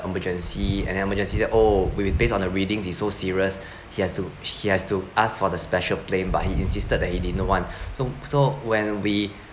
emergency and the emergency said oh with with based on readings he's so serious he has to he has to ask for the special plane but he insisted that he didn't want so so when we